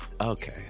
Okay